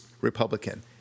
Republican